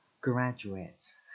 Graduates